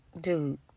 dude